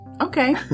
Okay